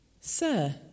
Sir